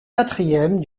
quatrième